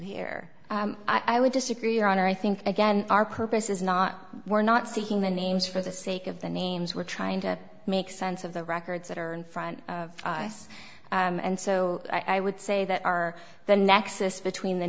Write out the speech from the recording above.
here i would disagree on i think again our purpose is not we're not seeking the names for the sake of the names we're trying to make sense of the records that are in front of us and so i would say that our the nexus between the